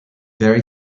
very